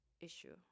issue